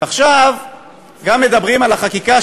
ועכשיו גם מדברים על החקיקה,